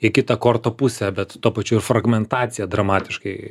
į kitą korto pusę bet tuo pačiu ir fragmentaciją dramatiškai